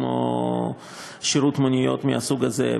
כמו שירות מוניות מהסוג הזה,